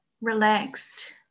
relaxed